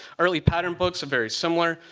early pattern books are very similar.